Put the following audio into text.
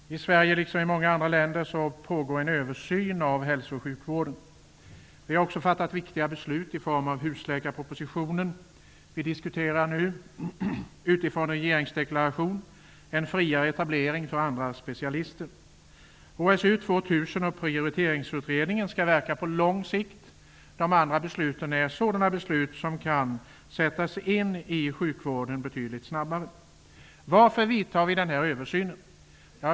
Herr talman! I Sverige liksom i många andra länder pågår en översyn av hälso och sjukvården. Vi har också fattat viktiga beslut i form av husläkarpropositionen. Vi diskuterar nu utifrån en regeringsdeklaration en friare etablering för specialister. HSU 2000 och prioriteringsutredningen skall verka på lång sikt. De andra besluten gäller åtgärder av sådan karaktär att de betydligt snabbare kan sättas in i sjukvården. Varför vidtar vi den här översynen?